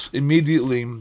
immediately